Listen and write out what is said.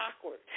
awkward